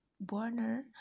burner